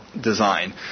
design